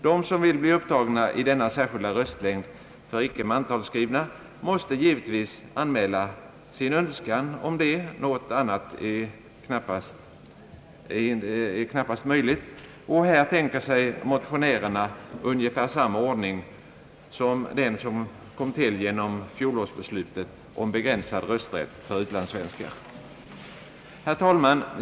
De som vill bli upptagna i denna särskilda röstlängd för icke mantalsskrivna måste givetvis anmäla sin önskan om det — något annat är knappast möjligt — och här tänker sig motionärerna ungefär samma ordning som den som kom till genom fjolårsbeslutet om begränsad rösträtt för utlandssvenskar. Herr talman!